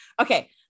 Okay